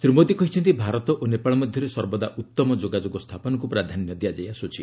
ଶ୍ରୀ ମୋଦୀ କହିଛନ୍ତି ଭାରତ ଓ ନେପାଳ ମଧ୍ୟରେ ସର୍ବଦା ଉତ୍ତମ ଯୋଗାଯୋଗ ସ୍ଥାପନକୁ ପ୍ରାଧାନ୍ୟ ଦିଆଯାଇ ଆସ୍କୁଛି